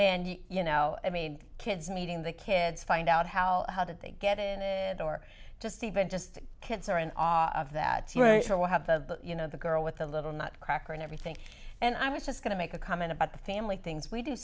and you know i mean kids meeting the kids find out how how did they get it or just even just kids are in awe of that your actual have the you know the girl with the little nutcracker and everything and i was just going to make a comment about the family things we do